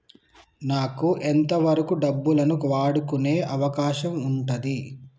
నాకు ఎంత వరకు డబ్బులను వాడుకునే అవకాశం ఉంటది?